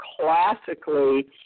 classically